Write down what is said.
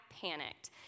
panicked